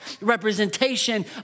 representation